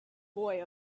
boy